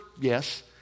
yes